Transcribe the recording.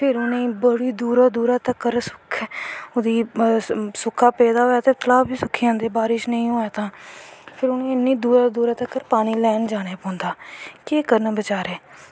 और फिर उ'नेंगी बड़ी दूरा दूरा तक्कर सोका पेदा होऐ ता तलाऽ बी सुक्की जंदे सोका पेदा होऐ ते फिर उनेंगी इन्नी दूर दूर तक पानी लैन जाना पौंदा कि केह् करन बचैरे